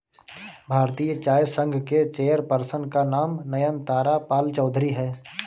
भारतीय चाय संघ के चेयर पर्सन का नाम नयनतारा पालचौधरी हैं